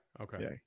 Okay